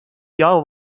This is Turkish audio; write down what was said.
yağ